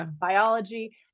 biology